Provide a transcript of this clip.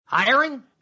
Hiring